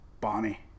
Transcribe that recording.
Bonnie